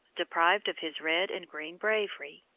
deprived of his red and green bravery.